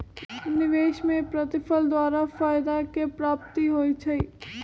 निवेश में प्रतिफल द्वारा फयदा के प्राप्ति होइ छइ